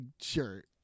shirt